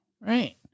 Right